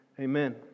Amen